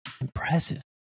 impressive